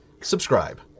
subscribe